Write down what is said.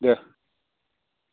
दे